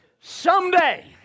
someday